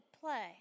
play